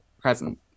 present